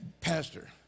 pastor